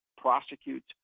prosecutes